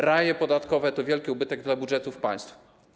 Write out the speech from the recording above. Raje podatkowe to wielki ubytek dla budżetów państw.